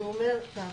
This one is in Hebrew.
זה אומר כך.